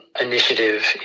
initiative